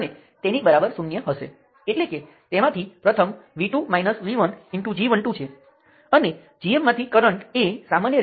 અને તમે જોશો કે સમાન સર્કિટ લખી શકાય છે તેને સમાન નંબર છે હવે આ 5 છે અને તે 6 છે